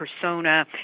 persona